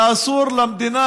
שאסור למדינה